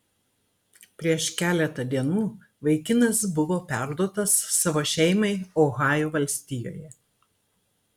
prieš keletą dienų vaikinas buvo perduotas savo šeimai ohajo valstijoje